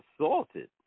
assaulted